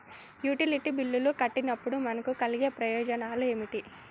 Utility బిల్లులు కట్టినప్పుడు మనకు కలిగే ప్రయోజనాలు ఏమిటి?